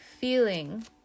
feeling